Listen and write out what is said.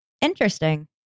interesting